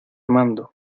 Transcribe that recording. mando